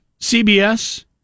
CBS